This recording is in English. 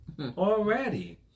already